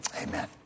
Amen